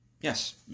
Yes